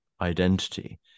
identity